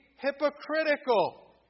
hypocritical